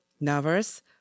nervous